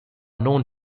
known